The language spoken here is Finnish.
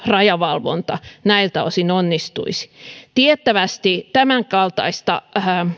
rajavalvonta näiltä osin onnistuisi tiettävästi tämänkaltaista